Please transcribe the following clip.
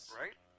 right